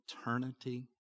eternity